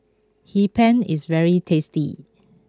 Hee Pan is very tasty